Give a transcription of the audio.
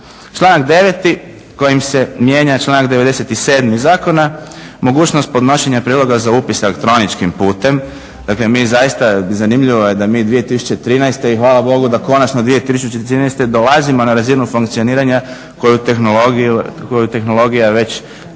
Članak 9. kojim se mijenja članak 97. zakona mogućnost podnošenja prijedloga za upis elektroničkim putem, dakle mi zaista i zanimljivo je da mi 2013. i hvala Bogu da konačno 2013. dolazimo na razinu funkcioniranja koju tehnologija već